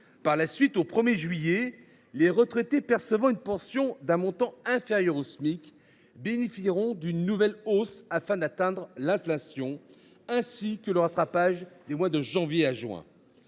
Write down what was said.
Par la suite, au 1 juillet, les retraités percevant une portion d’un montant inférieur au Smic bénéficieront d’une nouvelle hausse, afin d’atteindre l’inflation, ainsi que le rattrapage des mois de janvier à juin.